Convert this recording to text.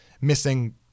missing